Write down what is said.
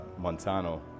Montano